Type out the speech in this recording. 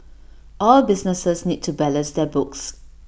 all businesses need to balance their books